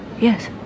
Yes